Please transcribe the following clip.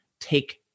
take